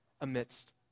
amidst